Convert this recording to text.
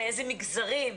לאיזה מגזרים,